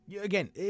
Again